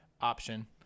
option